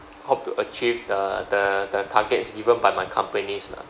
hope to achieve the the the targets given by my companies lah